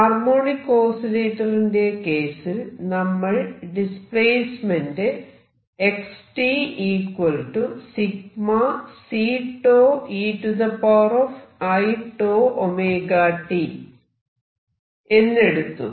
harmonic ഓസിലേറ്ററിന്റെ കേസിൽ നമ്മൾ ഡിസ്പ്ലേസ്മെന്റ് x ∑Ceiτωt എന്നെടുത്തു